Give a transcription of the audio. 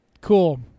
cool